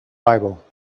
bible